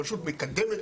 הרשות מקדמת,